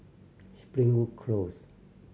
Springwood Close